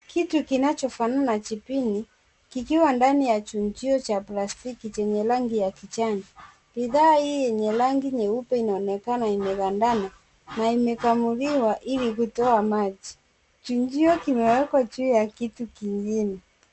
Kitu kinachofanana jibini kikiwa ndani chunjio cha plastiki chenye rangi ya kijani, bidhaa yenye rangi nyeupe inaonekana imegandana na imekamuliwa ili kutoa maji, chunjio imewekwa juu ya kitu kingine.